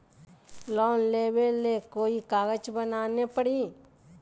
Loan लेबे ले कोई कागज बनाने परी?